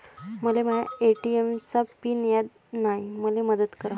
मले माया ए.टी.एम चा पिन याद नायी, मले मदत करा